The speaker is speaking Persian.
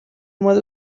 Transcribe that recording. اومد